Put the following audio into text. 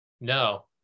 No